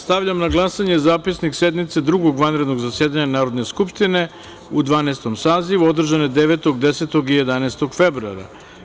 Stavljam na glasanje Zapisnik sednice drugog vanrednog zasedanja Narodne skupštine u Dvanaestom sazivu, održane 9, 10 i jedanaestog februara.